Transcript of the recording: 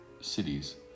cities